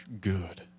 good